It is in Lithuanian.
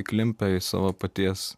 įklimpę į savo paties